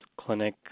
Clinic